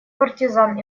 партизан